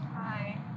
Hi